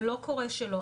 זה לא קורה שלא.